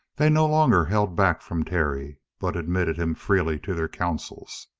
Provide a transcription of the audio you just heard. they no longer held back from terry, but admitted him freely to their counsels.